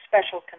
special